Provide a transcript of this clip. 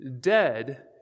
dead